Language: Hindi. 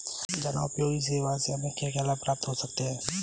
जनोपयोगी सेवा से हमें क्या क्या लाभ प्राप्त हो सकते हैं?